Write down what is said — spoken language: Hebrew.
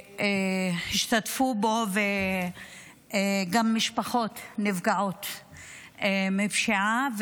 שהשתתפו בו גם משפחות נפגעות מפשיעה,